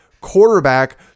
quarterback